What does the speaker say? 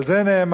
על זה נאמר